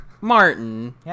Martin